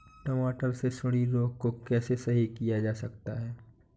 टमाटर से सुंडी रोग को कैसे सही किया जा सकता है?